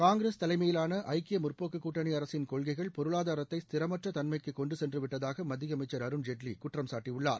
காங்கிரஸ் தலைமையிலான ஐக்கிய முற்போக்கு கூட்டணி அரசின் கொள்கைகள் பொருளாதாரத்தை ஸ்திரமற்ற தன்மைக்கு கொண்டு சென்றுவிட்டதாக மத்திய அமைச்சர் அருண்ஜேட்லி குற்றம்சாட்டியுள்ளார்